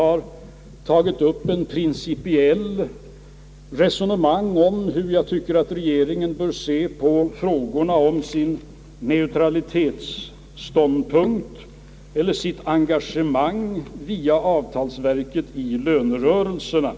Jag har tagit upp ett principiellt resonemang om hur jag anser att regeringen bör se på sin neutralitetsståndpunkt eller sitt engagemang via avtalsverket i lönerörelserna.